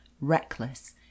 reckless